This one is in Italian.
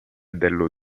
dello